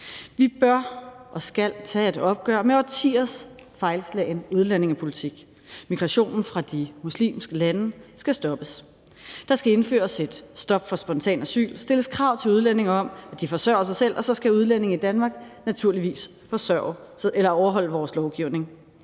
Vi bør og skal tage et opgør med årtiers fejlslagne udlændingepolitik. Migrationen fra de muslimske lande skal stoppes. Der skal indføres et stop for spontan asyl og stilles krav til udlændinge om, at de forsørger sig selv, og så skal udlændinge i Danmark naturligvis overholde vores lovgivning.